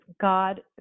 God